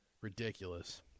Ridiculous